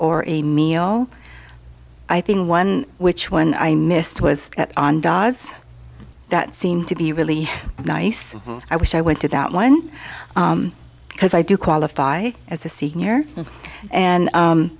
or a meal i thing one which one i missed was that on dogs that seem to be really nice i wish i went to that one because i do qualify as a senior and